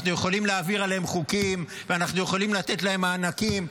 אנחנו יכולים להעביר עליהם חוקים ואנחנו יכולים לתת להם מענקים,